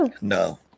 No